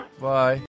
Bye